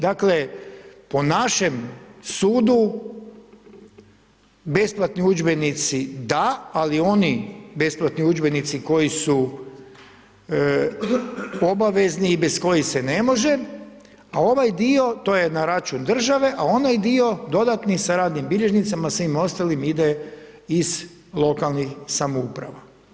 Dakle po našem sudu besplatni udžbenici da, ali oni besplatni udžbenici koji su obavezni i bez kojih se ne može, a ovaj dio, to je na račun države, a onaj dio, dodatni sa radnim bilježnicima, sa svim ostalima ide iz lokalnih samouprava.